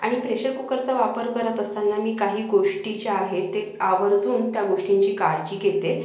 आणि प्रेशर कुकरचा वापर करत असताना मी काही गोष्टी ज्या आहे ते आवर्जून त्या गोष्टींची काळजी घेते